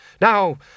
Now